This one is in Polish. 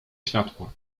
światło